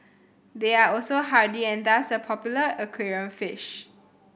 they are also hardy and thus a popular aquarium fish